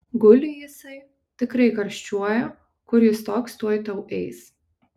guli jisai tikrai karščiuoja kur jis toks tuoj tau eis